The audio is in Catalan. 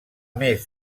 més